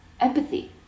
empathy